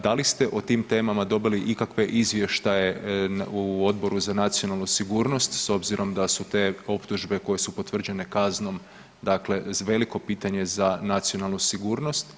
Da li ste o tim temama dobili ikakve izvještaje u Odboru za nacionalnu sigurnost s obzirom da su te optužbe koje su potvrđene kaznom, dakle veliko pitanje za nacionalnu sigurnost?